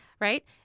right